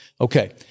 Okay